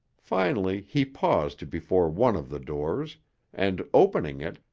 finally he paused before one of the doors and, opening it,